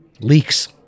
Leaks